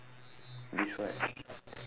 this what